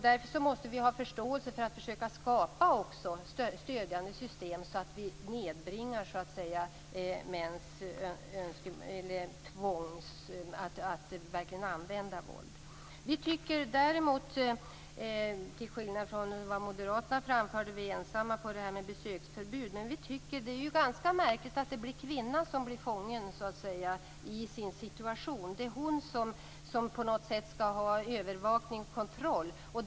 Därför måste vi skapa stödjande system så att mäns benägenhet att använda våld nedbringas. Däremot är vi ensamma om detta med besöksförbud. Det är ju märkligt att det är kvinnan som blir fången i sin situation. Det är hon som skall utsättas för övervakning och kontroll.